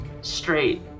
straight